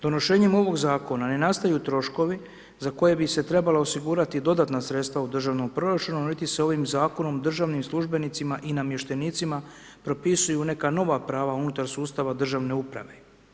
Donošenjem ovog zakona ne nastaju troškovi za koje bi se trebala osigurati dodatna sredstva u Državnom proračunu niti se ovim zakonom državnim službenicima i namještenicima propisuju neka nova prava unutar sustava državne uprave.